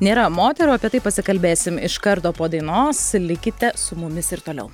nėra moterų apie tai pasikalbėsim iš karto po dainos likite su mumis ir toliau